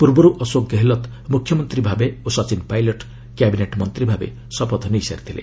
ପୂର୍ବରୁ ଅଶୋକ ଗେହଲତ ମୁଖ୍ୟମନ୍ତ୍ରୀ ଭାବେ ଓ ସଚିନ ପାଇଲଟ କ୍ୟାବିନେଟ୍ ମନ୍ତ୍ରୀ ଭାବେ ଶପଥ ନେଇ ସାରିଛନ୍ତି